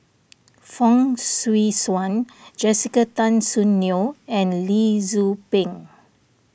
Fong Swee Suan Jessica Tan Soon Neo and Lee Tzu Pheng